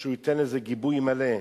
שהוא ייתן לזה גיבוי מלא.